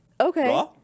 Okay